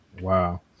Wow